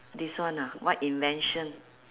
this one ah what invention